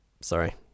Sorry